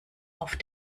auf